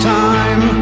time